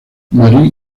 marie